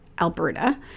Alberta